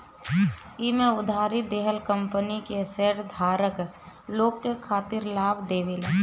एमे उधारी देहल कंपनी के शेयरधारक लोग के खातिर लाभ देवेला